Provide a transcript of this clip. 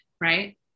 Right